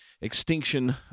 extinction